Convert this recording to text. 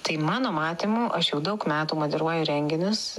tai mano matymu aš jau daug metų moderuoju renginius